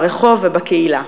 ברחוב ובקהילה.